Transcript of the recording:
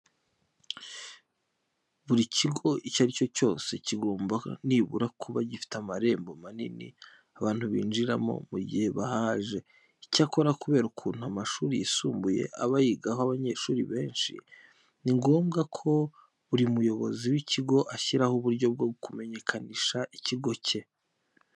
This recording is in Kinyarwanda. Buri kigo icyo ari cyo cyose kigomba nibura kuba gifite amarembo manini abantu binjiriramo mu gihe bahaje. Icyakora kubera ukuntu amashuri yisumbuye aba yigaho abanyeshuri benshi, ni ngombwa ko buri muyobozi w'ikigo ashyiraho uburyo bwo kumenyekanisha ikigo cye.